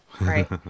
Right